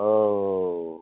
औ